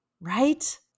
Right